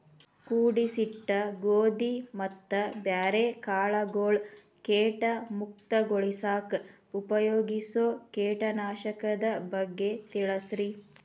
ಕೂಡಿಸಿಟ್ಟ ಗೋಧಿ ಮತ್ತ ಬ್ಯಾರೆ ಕಾಳಗೊಳ್ ಕೇಟ ಮುಕ್ತಗೋಳಿಸಾಕ್ ಉಪಯೋಗಿಸೋ ಕೇಟನಾಶಕದ ಬಗ್ಗೆ ತಿಳಸ್ರಿ